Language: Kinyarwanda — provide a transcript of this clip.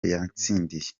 yatsindiye